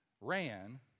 ran